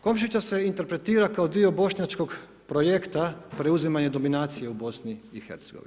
Komšića se interpretira kao dio bošnjačkog projekta preuzimanja dominacije u BiH.